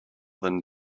than